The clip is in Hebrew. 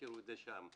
השאירו את זה שם.